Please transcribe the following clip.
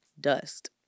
Dust